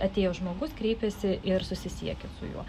atėjo žmogus kreipėsi ir susisiekė su juo